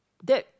that